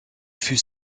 fut